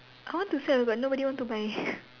I want to sell but nobody want to buy